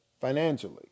financially